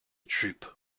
drupe